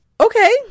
Okay